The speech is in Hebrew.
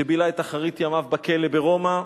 שבילה את אחרית ימיו בכלא ברומא,